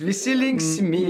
visi linksmi